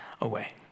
away